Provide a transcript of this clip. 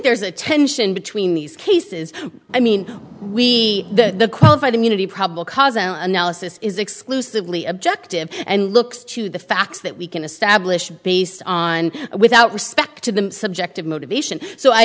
there's a tension between these cases i mean we the qualified immunity probable cause analysis is exclusively objective and looks to the facts that we can establish peace on without respect to the subjective motivation so i